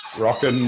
rocking